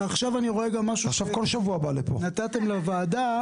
ואני עכשיו רואה גם משהו שנתתם לוועדה,